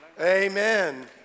Amen